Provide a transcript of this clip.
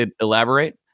elaborate